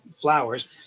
flowers